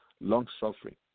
long-suffering